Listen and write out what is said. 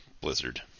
Blizzard